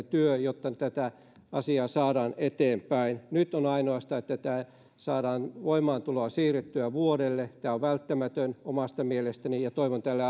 työ jotta tätä asiaa saadaan eteenpäin nyt tässä esityksessä on ainoastaan että saadaan voimaantuloa siirrettyä vuodella tämä on välttämätöntä omasta mielestäni ja toivon tälle